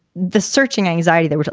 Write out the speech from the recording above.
the searching anxiety there,